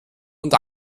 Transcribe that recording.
und